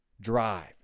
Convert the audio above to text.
drive